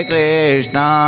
Krishna